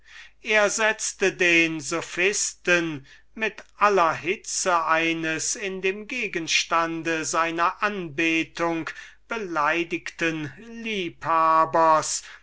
er setzte den sophisten mit aller hitze eines in dem gegenstande seiner anbetung beleidigten liebhabers